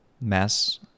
mass